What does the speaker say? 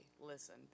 listen